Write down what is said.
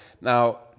Now